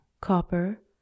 copper